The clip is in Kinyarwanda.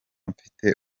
mfite